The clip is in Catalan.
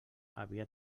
havia